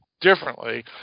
differently